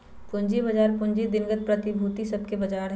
पूजी बजार बेशी दिनगत प्रतिभूति सभके बजार हइ